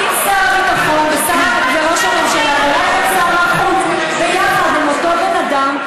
אם שר הביטחון וראש הממשלה ושר החוץ ביחד הם אותו בן אדם,